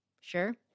sure